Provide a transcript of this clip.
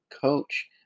coach